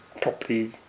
properly